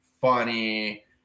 funny